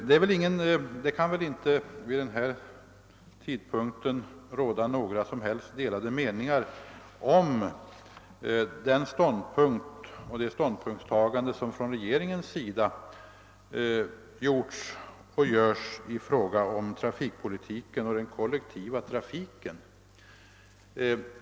Det kan väl inte råda några som helst delade meningar om den ståndpunkt som regeringen har tagit i fråga om trafikpolitiken och den kollektiva trafiken.